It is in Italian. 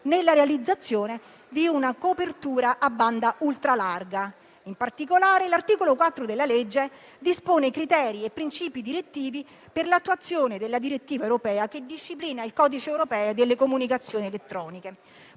nella realizzazione di una copertura a banda ultralarga. In particolare, l'articolo 4 della legge dispone criteri e princìpi direttivi per l'attuazione della direttiva europea che disciplina il codice europeo delle comunicazioni elettroniche.